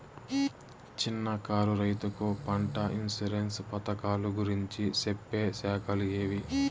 చిన్న కారు రైతుకు పంట ఇన్సూరెన్సు పథకాలు గురించి చెప్పే శాఖలు ఏవి?